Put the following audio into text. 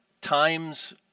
times